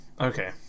Okay